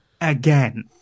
again